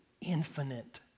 infinite